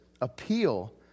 appeal